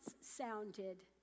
sounded